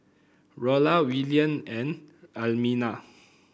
Rolla Willian and Almina